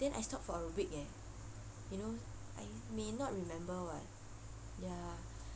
then I stopped for a week eh you know I may not remember [what] ya